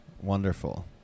Wonderful